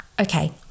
Okay